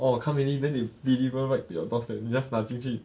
orh come already deliver right to your door step 你 just 拿进去